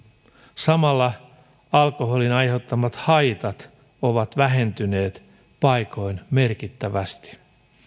samalla alkoholin aiheuttamat haitat ovat vähentyneet paikoin merkittävästi